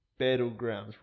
battlegrounds